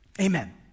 Amen